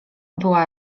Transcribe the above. była